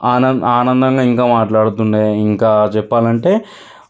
ఆనందం ఆనందంగా ఇంకా మాట్లాడుతుండే ఇంకా చెప్పాలంటే